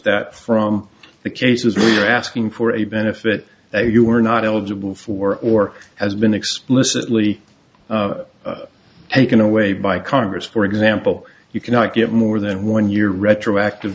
that from the cases we are asking for a benefit that you were not eligible for or has been explicitly taken away by congress for example you cannot get more than one year retroactive